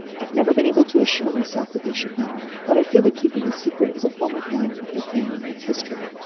i've never been able to assure myself that they should know, but i feel that keeping the secret is a form of lying about their family and its history.